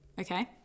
Okay